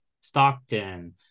Stockton